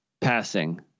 passing